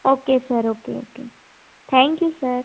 okay sir okay okay thank you sir